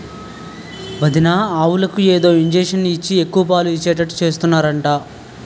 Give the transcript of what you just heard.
వదినా ఆవులకు ఏదో ఇంజషను ఇచ్చి ఎక్కువ పాలు ఇచ్చేటట్టు చేస్తున్నారట